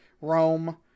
Rome